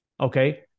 Okay